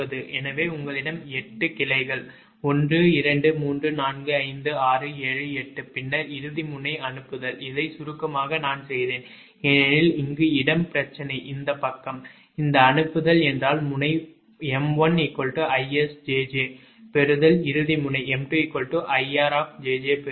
எனவே உங்களிடம் 8 கிளைகள் 12345678 பின்னர் இறுதி முனை அனுப்புதல் இதை சுருக்கமாக நான் செய்தேன் ஏனெனில் இங்கு இடம் பிரச்சனை இந்த பக்கம் இந்த அனுப்புதல் என்றால் முனை 𝑚1 𝐼𝑆 𝑗𝑗 பெறுதல் இறுதி முனை 𝑚2 𝐼𝑅 𝑗𝑗 பெறுதல்